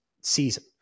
season